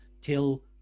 till